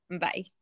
Bye